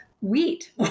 wheat